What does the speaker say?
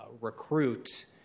recruit